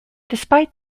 despite